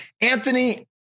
Anthony